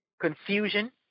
confusion